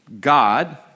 God